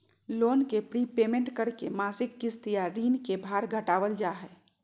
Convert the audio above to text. loan के prepayment करके मासिक किस्त या ऋण के भार घटावल जा हय